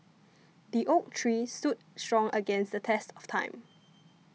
the oak tree stood strong against the test of time